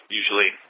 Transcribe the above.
usually